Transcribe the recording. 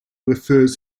refers